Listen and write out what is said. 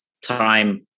time